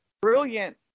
brilliant